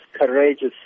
courageous